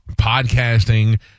podcasting